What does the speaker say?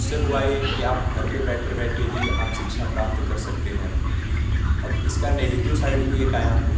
उससे हुआ ये कि आप घर पर बैठे बैठे ही आप शिक्षा प्राप्त कर सकते हैं अब इसका नेगेटिव साइड भी एक आया